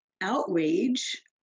outrage